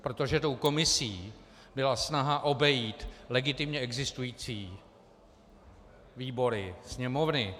Protože tou komisí byla snaha obejít legitimně existující výbory Sněmovny.